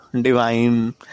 Divine